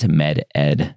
meded